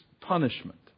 punishment